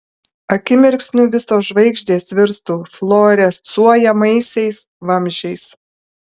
akimirksniu visos žvaigždės virstų fluorescuojamaisiais vamzdžiais